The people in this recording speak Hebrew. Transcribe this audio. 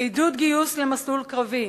עידוד גיוס למסלול קרבי,